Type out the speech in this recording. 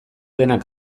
denak